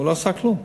הוא לא עשה כלום.